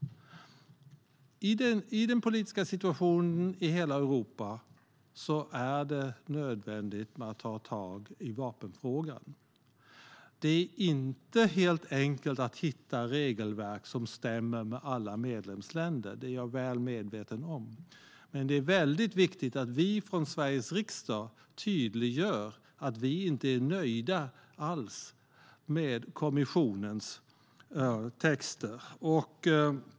I den politiska situation som hela Europa befinner sig i är det nödvändigt att ta tag i vapenfrågan. Det är inte helt enkelt att hitta regelverk som stämmer med regelverken i alla medlemsländer, det är jag väl medveten om. Men det är väldigt viktigt att vi från Sveriges riksdag tydliggör att vi inte alls är nöjda med kommissionens texter.